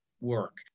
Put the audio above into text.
work